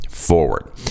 Forward